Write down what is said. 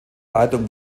leitung